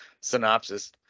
synopsis